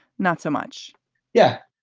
not so much yeah.